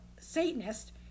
Satanist